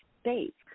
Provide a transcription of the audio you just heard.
states